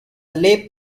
lay